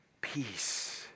peace